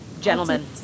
Gentlemen